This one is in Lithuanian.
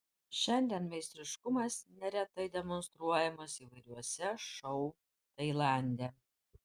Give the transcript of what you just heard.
šiandien meistriškumas neretai demonstruojamas įvairiuose šou tailande